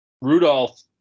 Rudolph